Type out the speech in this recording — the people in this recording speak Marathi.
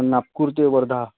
नागपूर ते वर्धा